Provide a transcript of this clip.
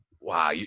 wow